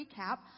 recap